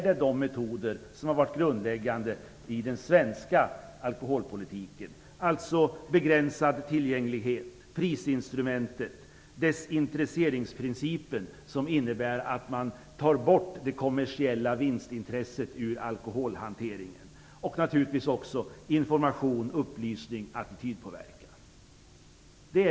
De metoder som varit grundläggande i den svenska alkoholpolitiken leder till framgång, dvs. den begränsade tillgängligheten, prisinstrumentet, desintresseringsprincipen, vilket innebär att man tar bort det kommersiella vinstintresset från alkoholhanteringen, samt naturligtvis information, upplysning och attitydpåverkan.